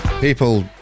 People